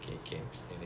mm